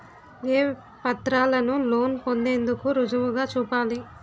ఏ పత్రాలను లోన్ పొందేందుకు రుజువుగా చూపాలి?